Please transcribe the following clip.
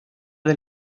del